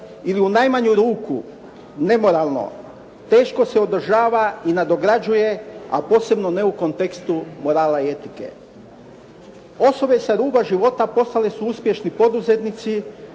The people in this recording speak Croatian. ili u najmanju ruku nemoralno, teško se održava i nadograđuje a posebno ne u kontekstu morala i etike. Osobe sa ruba života postale su uspješni poduzetnici,